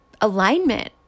alignment